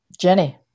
Jenny